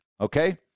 okay